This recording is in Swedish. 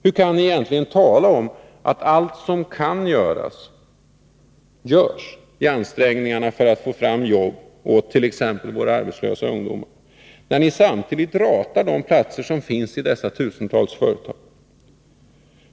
Hur kan ni egentligen tala om att allt som kan göras görs i ansträngningarna för att få fram jobb åt t.ex. våra arbetslösa ungdomar, när ni samtidigt ratar de platser som finns i dessa tusentals företag?